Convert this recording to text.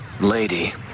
Lady